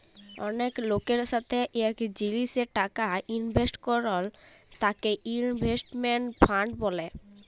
অলেক লকের সাথে এক জিলিসে টাকা ইলভেস্ট করল তাকে ইনভেস্টমেন্ট ফান্ড ব্যলে